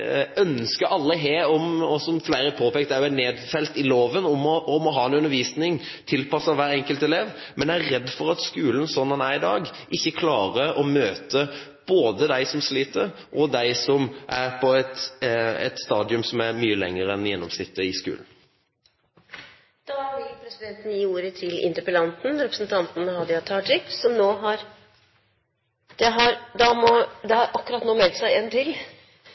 alle har, og som flere har påpekt også er nedfelt i loven, om å ha en undervisning tilpasset hver enkelt elev. Men jeg er redd for at skolen slik den er i dag, ikke klarer å møte både de som sliter, eller de som er på et stadium der de er kommet mye lenger enn gjennomsnittet i skolen. Da vil presidenten gi ordet til interpellanten. – Det har akkurat nå meldt seg en taler til, som vi har plass til, og dermed gir presidenten ordet til